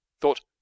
thought